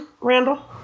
Randall